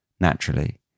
Naturally